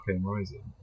Rising